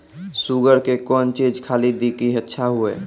Sugar के कौन चीज खाली दी कि अच्छा हुए?